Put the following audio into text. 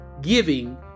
giving